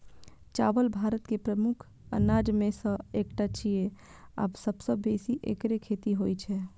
चावल भारत के प्रमुख अनाज मे सं एकटा छियै आ सबसं बेसी एकरे खेती होइ छै